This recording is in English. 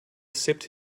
sipped